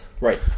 Right